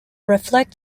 reflect